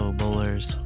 bowlers